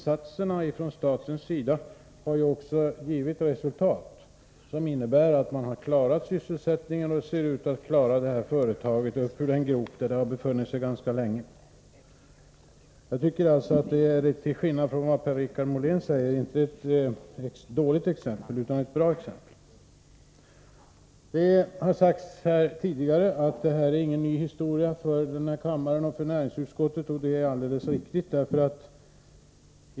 Statens insatser har också givit resultat som innebär att sysselsättningen har upprätthållits, och företaget ser ut att klara sig ur den grop där det har befunnit sig ganska länge. Jag tycker alltså — till skillnad från Per-Richard Molén — att detta inte är ett exempel på dåligt politikeringripande utan på ett bra sådant. Det har sagts här tidigare att denna fråga inte är någon ny historia för den här kammaren och för näringsutskottet, och det är alldeles riktigt.